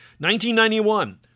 1991